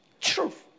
Truth